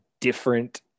different